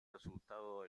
resultado